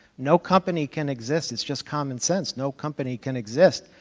no company can exist, it's just common sense, no company can exist,